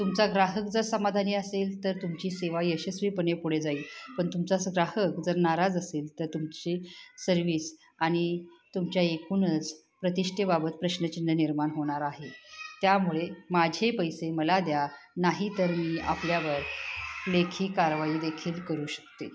तुमचा ग्राहक जर समाधानी असेल तर तुमची सेवा यशस्वीपणे पुढे जाईल पण तुमचाच ग्राहक जर नाराज असेल तर तुमची सर्विस आणि तुमच्या एकूणच प्रतिष्ठेबाबत प्रश्नचिन्ह निर्माण होणार आहे त्यामुळे माझे पैसे मला द्या नाही तर मी आपल्यावर लेखी कारवाई देखील करू शकते